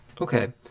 Okay